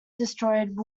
destroyed